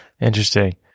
Interesting